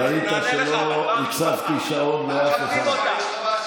אנחנו נענה לך, אבל באה משפחה, אנחנו מכבדים אותה.